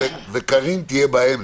קארין תהיה באמצע,